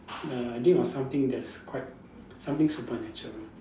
err dream of something that's quite something supernatural